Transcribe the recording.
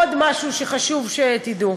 עוד משהו שחשוב שתדעו.